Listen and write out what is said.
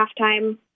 halftime